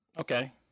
Okay